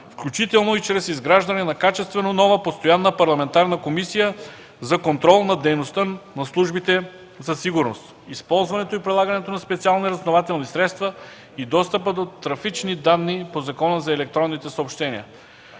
включително и чрез изграждане на качествено нова постоянна парламентарна комисия за контрол над дейността на службите за сигурност, използването и прилагането на специални разузнавателни средства и достъпа до трафични данни по Закона за електронните съобщения.